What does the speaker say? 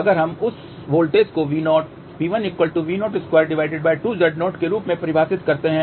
अगर हम इस वोल्टेज को V0 P1V022Z0 के रूप में परिभाषित करते हैं